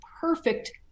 Perfect